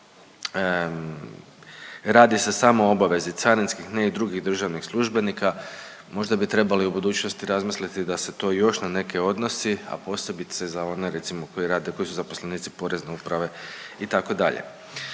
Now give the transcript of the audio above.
radi se samo o obavezi carinskih, ne i drugih državnih službenika. Možda bi trebali u budućnosti razmisliti da se to još na neke odnosi, a posebice za one recimo koji rade, koji su zaposlenici Porezne uprave itd..